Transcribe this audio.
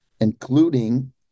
including